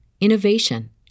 innovation